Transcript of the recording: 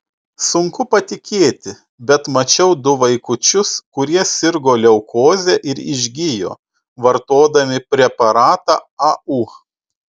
sunku patikėti bet mačiau du vaikučius kurie sirgo leukoze ir išgijo vartodami preparatą au